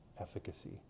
efficacy